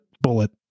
bullet